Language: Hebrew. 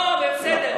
לא, אבל בסדר.